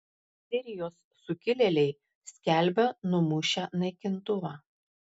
sirijos sukilėliai skelbia numušę naikintuvą